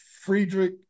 Friedrich